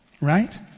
Right